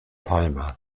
palma